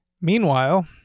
Meanwhile